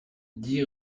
dix